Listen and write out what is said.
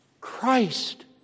Christ